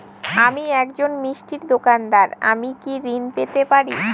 আমি একজন মিষ্টির দোকাদার আমি কি ঋণ পেতে পারি?